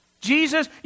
Jesus